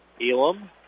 Elam